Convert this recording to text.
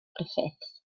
griffiths